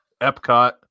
Epcot